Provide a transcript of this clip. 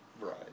Right